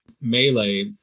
melee